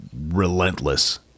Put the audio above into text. relentless